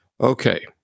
Okay